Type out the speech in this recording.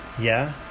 Yeah